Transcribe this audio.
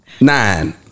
Nine